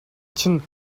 чинь